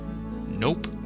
Nope